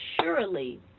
surely